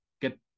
get